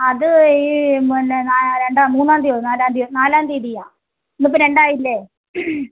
അത് ഈ പിന്നെ രണ്ട് മൂന്നാം തീയതിയോ നാലാം തീയതിയോ നാലാം തീയതിയാ ഇന്ന് ഇപ്പം രണ്ട് ആയില്ലേ